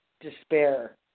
Despair